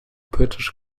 british